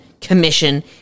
Commission